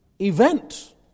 event